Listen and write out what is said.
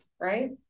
Right